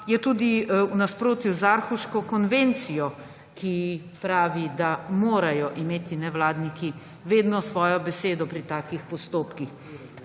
Je tudi v nasprotju z Aarhuško konvencijo, ki pravi, da morajo imeti nevladniki vedno svojo besedo pri takih postopkih.